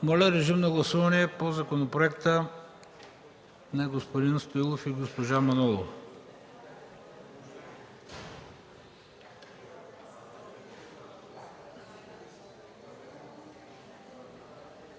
Моля, режим на гласуване по законопроекта, внесен от господин Стоилов и госпожа Манолова.